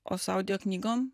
o su audioknygom